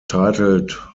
titled